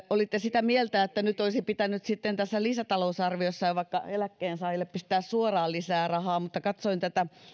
olitte sitä mieltä että nyt olisi pitänyt sitten tässä lisätalousarviossa vaikka eläkkeensaajille pistää suoraan lisää rahaa mutta kun katsoin tätä